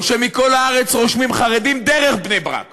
או שמכל הארץ רושמים חרדים דרך בני-ברק